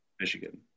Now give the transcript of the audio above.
Michigan